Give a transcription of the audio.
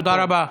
תודה רבה.